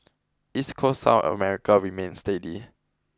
East coast South America remained steady